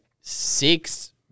six